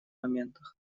моментах